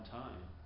time